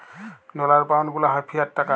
dollar, pound গুলা হ্যয় fiat টাকা